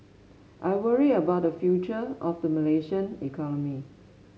I worry about the future of the Malaysian economy